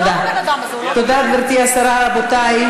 אתה מבייש את המפלגה שלך.